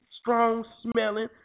strong-smelling